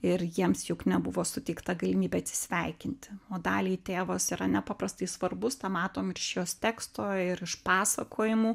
ir jiems juk nebuvo suteikta galimybė atsisveikinti o daliai tėvas yra nepaprastai svarbus tą matom ir iš jos teksto ir iš pasakojimų